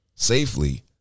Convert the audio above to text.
safely